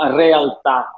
realtà